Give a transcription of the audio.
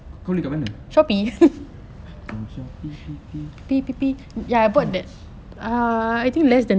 kau beli kat mana oh Shopee pee pee how much